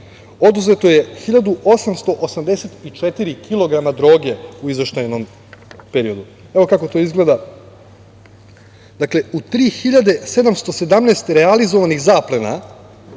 Oduzeto 1.884 kg droge u izveštajnom periodu. Evo kako to izgleda. U 3.717 realizovanih zaplena